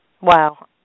Wow